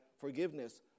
forgiveness